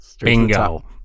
bingo